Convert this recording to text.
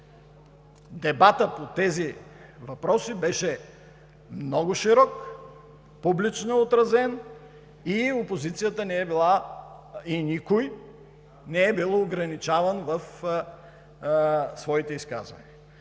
Дебатът по тези въпроси беше много широк, публично отразен и опозицията не е била и никой не е бил ограничаван в своите изказвания.